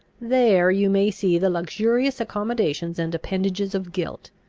there you may see the luxurious accommodations and appendages of guilt,